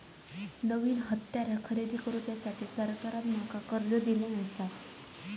नईन हत्यारा खरेदी करुसाठी सरकारान माका कर्ज दिल्यानं आसा